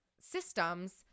systems